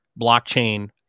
blockchain